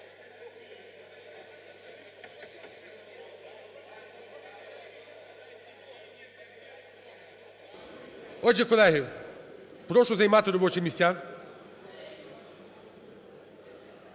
Отже, колеги, прошу займати робочі місця.